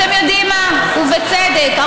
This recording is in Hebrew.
בוועדת הפנים,